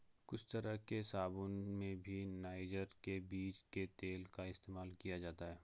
कुछ तरह के साबून में भी नाइजर के बीज के तेल का इस्तेमाल किया जाता है